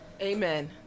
Amen